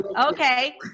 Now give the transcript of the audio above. Okay